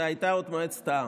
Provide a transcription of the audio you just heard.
זו עוד הייתה מועצת העם.